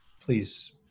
please